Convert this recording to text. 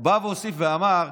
בא, הוסיף ואמר: